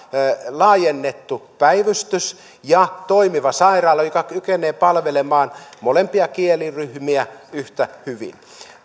laajennettu päivystys ja toimiva sairaala joka kykenee palvelemaan molempia kieliryhmiä yhtä hyvin